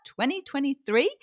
2023